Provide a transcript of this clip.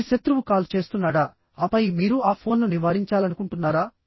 మీ శత్రువు కాల్ చేస్తున్నాడాఆపై మీరు ఆ ఫోన్ను నివారించాలనుకుంటున్నారా